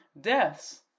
deaths